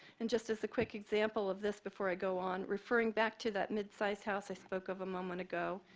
and just as a quick example of this before i go on referring back to that mid-size house i spoke of a moment ago,